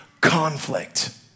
Conflict